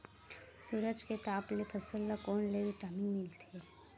सूरज के ताप ले फसल ल कोन ले विटामिन मिल थे?